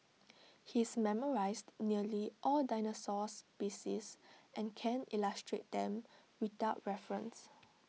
he's memorised nearly all dinosaur species and can illustrate them without references